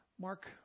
Mark